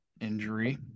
Injury